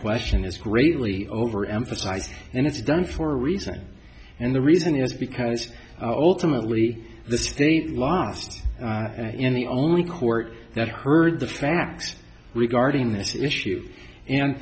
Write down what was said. question is greatly over emphasized and it's done for a reason and the reason is because ultimately this is lost in the eye only court that heard the facts regarding this issue and